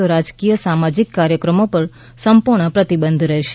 તો રાજકીય સામાજિક કાર્યક્રમો પર સંપૂર્ણ પ્રતિબંધ રહેશે